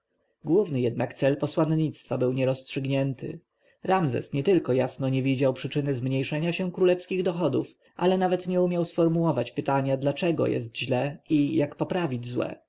główny jednak cel posłannictwa był nierozstrzygnięty ramzes nietylko jasno nie widział przyczyn zmniejszenia się królewskich dochodów ale nawet nie umiał sformułować pytania dlaczego jest źle i jak poprawić złe